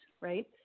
right